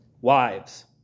Wives